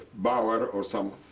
bauer or some